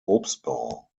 obstbau